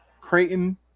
creighton